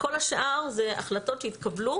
כל השאר אלה החלטות שהתקבלו